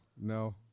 No